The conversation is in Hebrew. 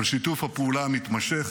על שיתוף הפעולה המתמשך.